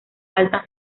alta